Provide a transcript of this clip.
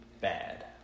bad